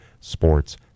Sports